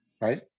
right